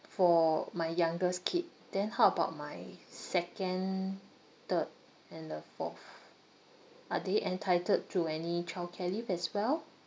for my youngest kid then how about my second third and the fourth are they entitled to any childcare leave as well